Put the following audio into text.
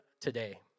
today